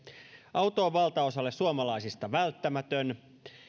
on valtaosalle suomalaisista välttämätön